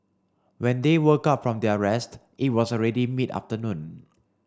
when they woke up from their rest it was already mid afternoon